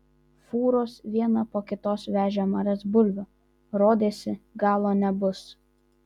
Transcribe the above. fūros viena po kitos vežė marias bulvių rodėsi galo nebus